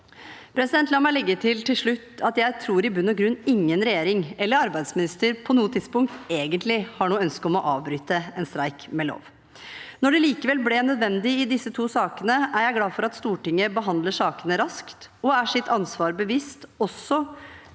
tilfellet. La meg legge til til slutt at jeg tror i bunn og grunn ingen regjering eller arbeidsminister på noe tidspunkt egentlig har noe ønske om å avbryte en streik med lov. Når det likevel ble nødvendig i disse to sakene, er jeg glad for at Stortinget behandler sakene raskt og er seg sitt ansvar bevisst, også